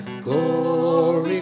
Glory